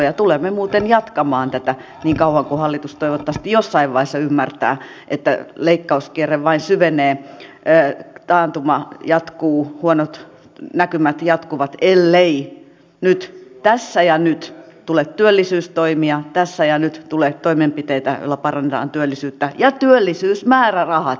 ja tulemme muuten jatkamaan tätä niin kauan kuin hallitus toivottavasti jossain vaiheessa ymmärtää että leikkauskierre vain syvenee taantuma jatkuu huonot näkyvät jatkuvat ellei nyt tässä ja nyt tule työllisyystoimia tässä ja nyt tule toimenpiteitä joilla parannetaan työllisyyttä ja työllisyysmäärärahat turvataan